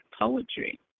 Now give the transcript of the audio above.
poetry